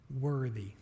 worthy